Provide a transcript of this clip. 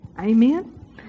Amen